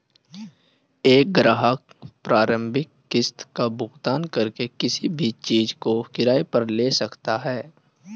एक ग्राहक प्रारंभिक किस्त का भुगतान करके किसी भी चीज़ को किराये पर लेता है